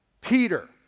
Peter